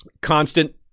constant